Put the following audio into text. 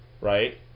right